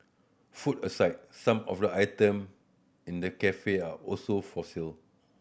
food aside some of the item in the cafe are also for sale